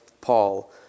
Paul